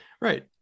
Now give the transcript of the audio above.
Right